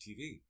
TV